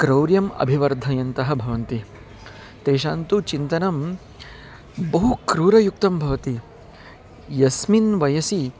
क्रौर्यम् अभिवर्धयन्तः भवन्ति तेषां तु चिन्तनं बहु क्रूरयुक्तं भवति यस्मिन् वयसि